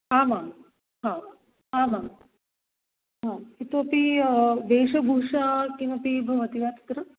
आमां हा आमां हा इतोपि वेषभूषा किमपि भवति वा तत्र